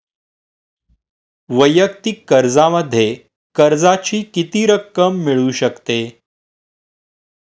वैयक्तिक कर्जामध्ये कर्जाची किती रक्कम मिळू शकते?